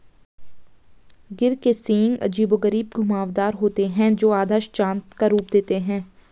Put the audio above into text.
गिर के सींग अजीबोगरीब घुमावदार होते हैं, जो आधा चाँद का रूप देते हैं